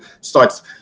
starts